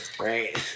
Right